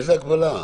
איזו הגבלה?